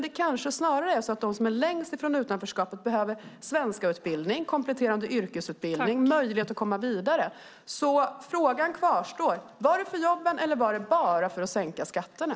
Det är snarare så att de som är längst från arbetsmarknaden behöver svenskutbildning, kompletterande yrkesutbildning och möjlighet att komma vidare. Frågan kvarstår: Var det för jobben, eller var det bara för att sänka skatterna?